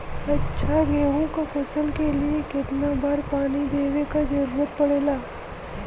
अच्छा गेहूँ क फसल के लिए कितना बार पानी देवे क जरूरत पड़ेला?